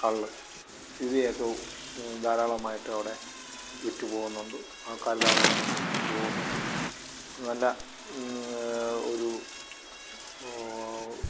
കള്ള് ഇവയൊക്ക ധാരാളമായിട്ടവിടെ വിറ്റുപോകുന്നുണ്ട് ആൾക്കാർ ധാരാളം വന്ന് കുടിച്ച് പോകുന്നുണ്ട് നല്ല ഒരു